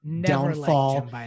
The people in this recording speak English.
downfall